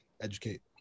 educate